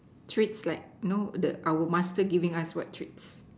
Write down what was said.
treats like no our master giving us what treats